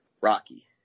Rocky